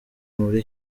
muri